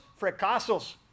fracasos